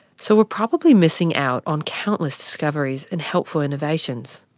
so we're probably missing out on countless discoveries and helpful innovations.